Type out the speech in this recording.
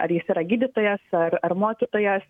ar jis yra gydytojas ar ar mokytojas